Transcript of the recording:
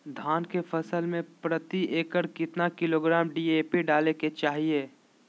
धान के फसल में प्रति एकड़ कितना किलोग्राम डी.ए.पी डाले के चाहिए?